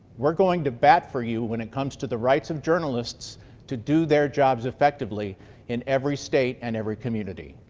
we're going to bat for you when it comes to the rights of journalists to do their jobs effectively in every state and every community.